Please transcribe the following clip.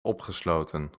opgesloten